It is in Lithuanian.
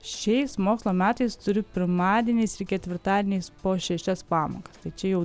šiais mokslo metais turi pirmadieniais ir ketvirtadieniais po šešias pamokas tai čia jau